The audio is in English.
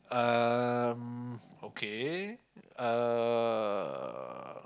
um okay uh